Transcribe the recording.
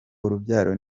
urubyaro